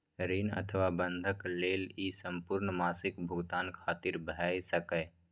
ऋण अथवा बंधक लेल ई संपूर्ण मासिक भुगतान खातिर भए सकैए